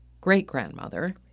great-grandmother